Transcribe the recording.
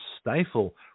stifle